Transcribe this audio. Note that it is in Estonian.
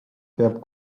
peaks